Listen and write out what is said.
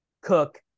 Cook